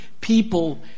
people